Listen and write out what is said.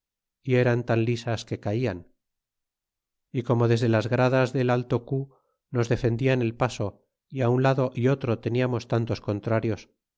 y eran tan lisas que calan é como desde las gradas del alto cu nos defendian el paso a un lado é otro teníamos tantos contrarios